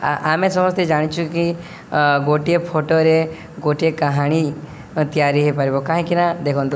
ଆମେ ସମସ୍ତେ ଜାଣିଛୁ କି ଗୋଟିଏ ଫଟୋରେ ଗୋଟିଏ କାହାଣୀ ତିଆରି ହେଇପାରିବ କାହିଁକିନା ଦେଖନ୍ତୁ